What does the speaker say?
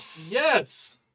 Yes